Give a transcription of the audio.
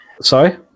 sorry